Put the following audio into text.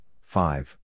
five